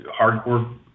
hardcore